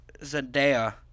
Zendaya